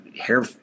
hair